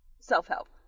Self-help